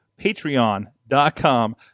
Patreon.com